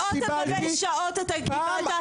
שעות על גבי שעות קיבלת התייחסות- -- לא